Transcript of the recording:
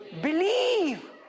Believe